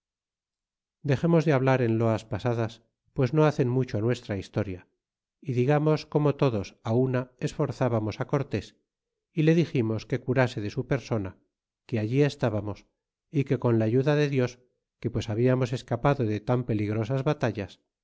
dexemos de hablar en loas pasadas pues no hacen mucho á nuestra historia y digamos como todos á una esforzábamos cortés y le diximos que curase de su persona que allí estábamos y que con la ayuda de dios que pues habíamos escapado de tan peligrosas batallas